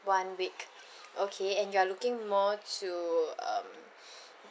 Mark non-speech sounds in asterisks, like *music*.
one week *breath* okay and you are looking more to um *breath*